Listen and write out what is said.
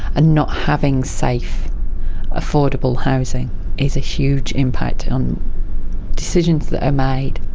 ah not having safe affordable housing is a huge impact on decisions that are made.